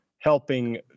helping